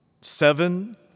Seven